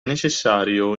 necessario